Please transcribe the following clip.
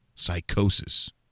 Psychosis